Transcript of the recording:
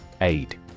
Aid